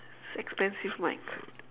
it's expensive mic